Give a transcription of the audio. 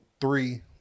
three